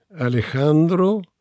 Alejandro